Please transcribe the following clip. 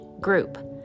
group